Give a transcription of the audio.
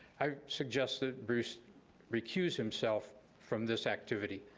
i suggest that bruce recuse himself from this activity.